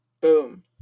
Boom